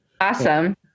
Awesome